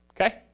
okay